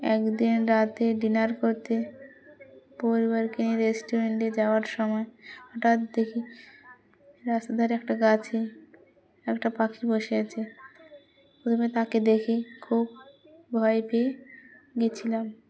একদিন রাতে ডিনার করতে পরিবারকে নিয়ে রেস্টুরেন্টে যাওয়ার সময় হঠাৎ দেখি রাস্তা ধারে একটা গাছে একটা পাখি বসে আছে প্রথমে তাকে দেখে খুব ভয় পেয়ে গেছিলাম